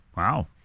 Wow